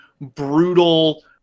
brutal